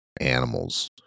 animals